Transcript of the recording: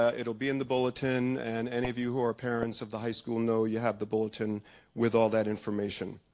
ah it'll be in the bulletin and any of you who are parents of the high school know you have the bulletin with all that information.